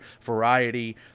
variety